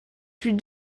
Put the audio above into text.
puis